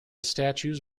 statues